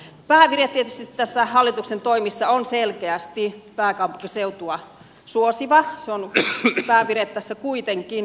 päävire tietysti näissä hallituksen toimissa on selkeästi pääkaupunkiseutua suosiva se on päävire tässä kuitenkin